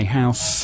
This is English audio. house